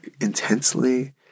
intensely